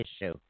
issue